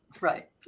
Right